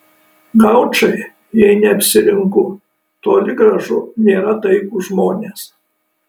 gaučai jei neapsirinku toli gražu nėra taikūs žmonės